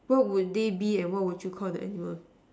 what would they be and what would you Call the animals